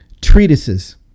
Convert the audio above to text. treatises